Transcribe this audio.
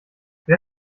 wer